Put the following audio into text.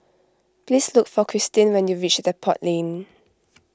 please look for Cristin when you reach Depot Lane